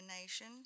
nation